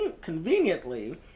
conveniently